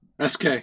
SK